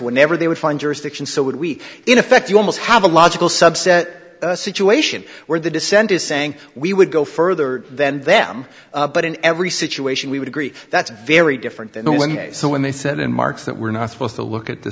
whenever they would find jurisdiction so would we in effect you almost have a logical subset a situation where the dissent is saying we would go further than them but in every situation we would agree that's very different than when they said in mark that we're not supposed to look at th